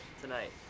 tonight